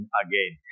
again